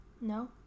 No